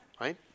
Right